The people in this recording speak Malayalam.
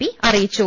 പി അറിയിച്ചു